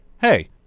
hey